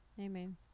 Amen